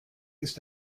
ist